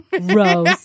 Rose